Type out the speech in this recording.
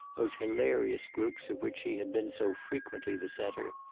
those hilarious groups of which she had been so frequently the center,